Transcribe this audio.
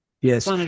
Yes